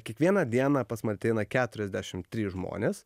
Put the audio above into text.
kiekvieną dieną pas man ateina keturiasdešim trys žmonės